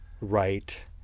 right